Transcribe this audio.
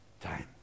time